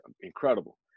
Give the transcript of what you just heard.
incredible